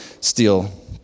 steal